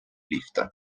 ліфта